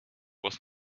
was